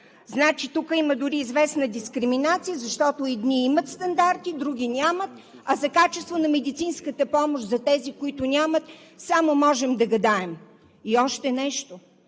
Значи тук има дори известна дискриминация, защото едни имат стандарти, други нямат, а за качество на медицинската помощ за тези, които нямат, само можем да гадаем. И още нещо,